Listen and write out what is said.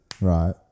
Right